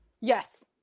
Yes